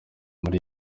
muri